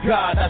God